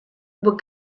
what